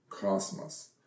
Cosmos